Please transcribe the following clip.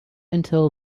until